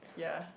ya